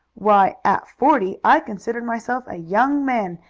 why, at forty i considered myself a young man,